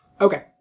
Okay